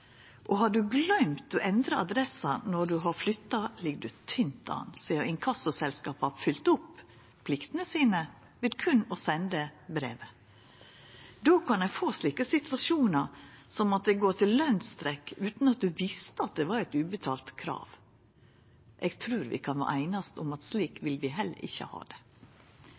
Og har du gløymt å endra adressa når du har flytta, ligg du tynt an sidan inkassoselskapa har fylgt opp pliktene sine ved berre å senda brevet. Då kan ein få slike situasjonar som at det går til lønstrekk utan at du visste at det var eit ubetalt krav. Eg trur vi kan einast om at slik vil vi heller ikkje ha det.